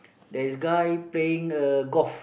there is a guy playing uh golf